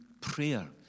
prayer